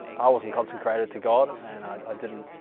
i wasn't consecrated to god and and i i didn't